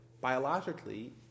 biologically